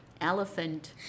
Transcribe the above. Elephant